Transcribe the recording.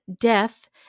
death